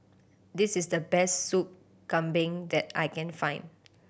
this is the best Sup Kambing that I can find